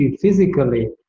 physically